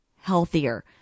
healthier